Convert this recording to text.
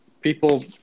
people